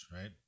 right